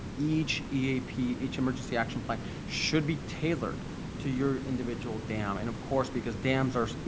each eap, each emergency action plan should be tailored to your individual dam. and of course, because dams are,